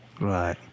Right